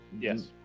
Yes